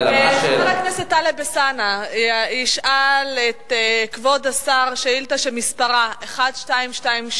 חבר הכנסת טלב אלסאנע ישאל את כבוד השר שאילתא שמספרה 1227,